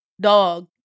Dog